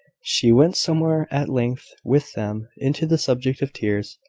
she went somewhat at length with them into the subject of tears,